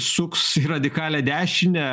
suks į radikalią dešinę